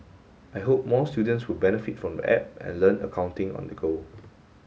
I hope more students will benefit from the app and learn accounting on the go